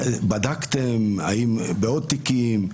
בדקתם האם זה היה בעוד תיקים?